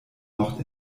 noch